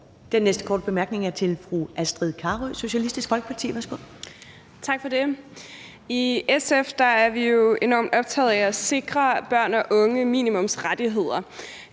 Den næste korte bemærkning er til fru Astrid Carøe, Socialistisk Folkeparti. Værsgo. Kl. 11:34 Astrid Carøe (SF) : Tak for det. I SF er vi enormt optaget af at sikre børn og unge minimumsrettigheder,